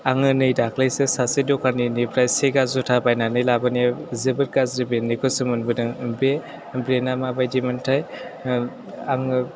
आङो नै दाख्लैसो सासे दखानिनिफ्राय सेगा जुथा बायनानै लाबोनाया जोबोद गाज्रि ब्रेन्डनिखौसो मोनबोदों बे ब्रेन्डआ माबादिमोन ओह आङो